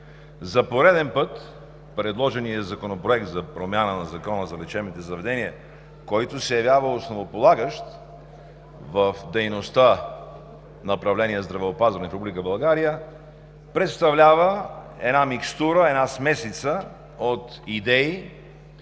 за пореден път предложеният ни законопроект за промяна на Закона за лечебните заведения, който се явява основополагащ в дейността по направление „Здравеопазване“ в Република България, представлява една микстура, една смесица от идеи,